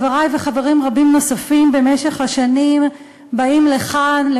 חברי וחברים רבים נוספים במשך השנים באים לכאן,